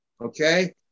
okay